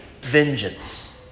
vengeance